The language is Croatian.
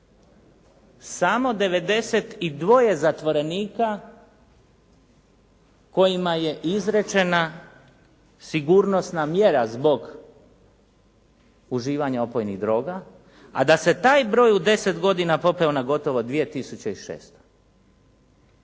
samo 92 zatvorenika kojima je izrečena sigurnosna mjera zbog uživanja opojnih droga, a da se taj broj u 10 godina popeo na gotovo 2600.